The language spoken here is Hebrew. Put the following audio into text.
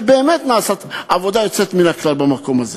כי באמת נעשית עבודה יוצאת מן הכלל במקום הזה.